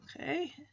Okay